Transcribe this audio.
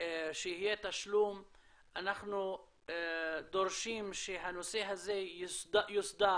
שיהיה תשלום אנחנו דורשים שהנושא הזה יוסדר